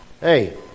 Hey